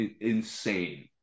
Insane